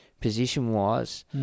position-wise